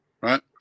right